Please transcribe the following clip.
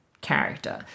character